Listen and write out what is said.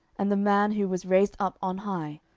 and the man who was raised up on high,